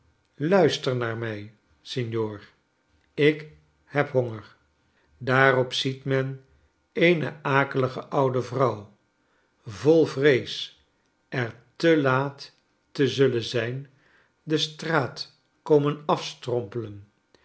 luister naar mij signor ik heb honger daarop ziet men eene akelige oude vrouw vol vrees er te laat te zullen zijn de straat komen afstrompelen